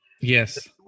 Yes